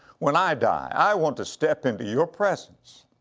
when i die i want to step into your presence,